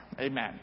Amen